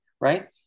right